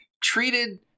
treated